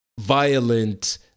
violent